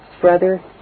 brother